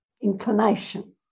inclination